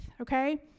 okay